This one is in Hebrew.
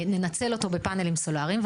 ננצל אותו לפאנלים סולאריים,